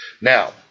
Now